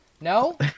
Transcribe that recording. no